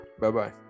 Bye-bye